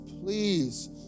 please